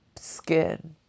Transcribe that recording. skin